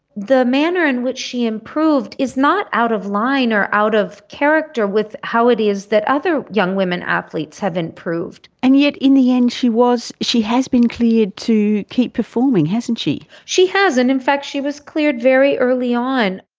the manner in which she improved is not out of line or out of character with how it is that other young women athletes have improved. and yet in the end she has been cleared to keep performing, hasn't she. she has, and in fact she was cleared very early on.